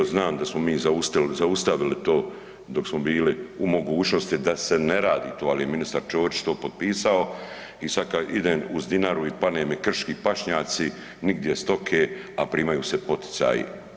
Znam da smo mi zaustavili to dok smo bili u mogućnosti da se ne radi to, ali je ministar Ćorić to potpisao i sada kad idem uz Dinaru i padne mi krški pašnjaci nigdje stoke, a primaju se poticaji.